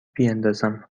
بیاندازم